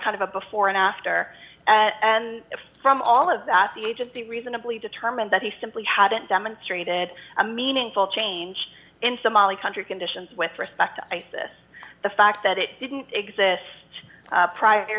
kind of a before and after and from all of that the agency reasonably determined that he simply hadn't demonstrated a meaningful change in somali country conditions with respect to isis the fact that it didn't exist prior